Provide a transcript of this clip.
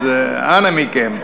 אז אנא מכם,